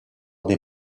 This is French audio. des